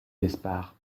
d’espard